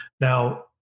Now